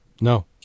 No